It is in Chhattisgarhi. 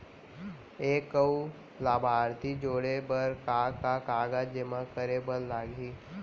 एक अऊ लाभार्थी जोड़े बर का का कागज जेमा करे बर लागही?